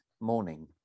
Morning